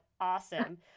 awesome